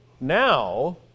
Now